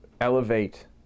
elevate